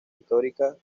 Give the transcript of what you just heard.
históricas